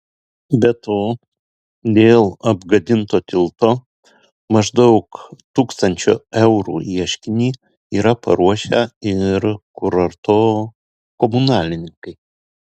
be to dėl apgadinto tilto maždaug tūkstančio eurų ieškinį yra paruošę ir kurorto komunalininkai